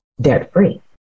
debt-free